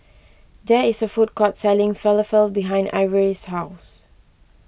there is a food court selling Falafel behind Ivory's house